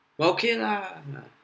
but okay lah